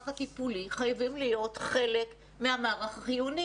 הטיפולי חייבים להיות חלק מהמערך החיוני.